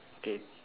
okay